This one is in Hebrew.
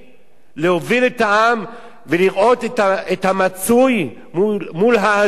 להוביל את העם ולראות את המצוי מול ההזוי.